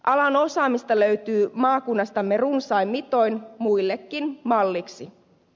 alan osaamista löytyy maakunnastamme runsain mitoin muillekin malliksi